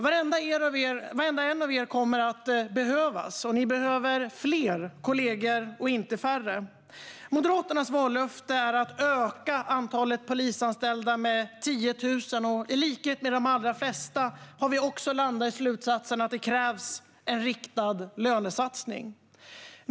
Varenda en av er kommer att behövas, och ni behöver fler kollegor - inte färre. Moderaternas vallöfte är att öka antalet polisanställda med 10 000. I likhet med de allra flesta har vi också landat i slutsatsen att det krävs en riktad lönesatsning.